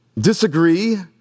disagree